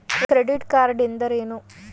Credit card ಎಂದರೇನು?